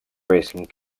racing